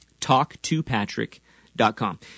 TalkToPatrick.com